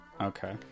Okay